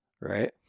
right